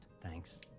Thanks